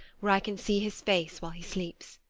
where i can see his face while he sleeps.